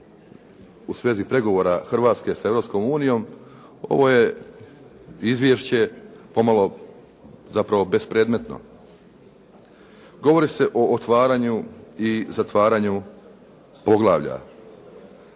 u svezi pregovora Hrvatske sa Europskom unijom ovo je izvješće pomalo zapravo bespredmetno. Govori se o otvaranju i zatvaranju poglavlja.